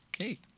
Okay